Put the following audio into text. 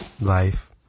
life